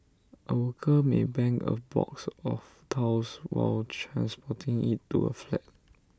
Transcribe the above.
A worker may bang A box of tiles while transporting IT to A flat